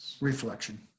Reflection